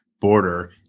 border